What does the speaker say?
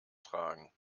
tragen